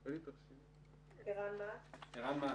בבקשה, ערן מץ.